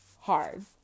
hard